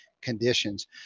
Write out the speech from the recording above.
conditions